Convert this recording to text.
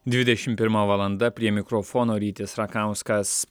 dvidešim pirma valanda prie mikrofono rytis rakauskas